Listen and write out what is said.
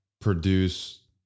produce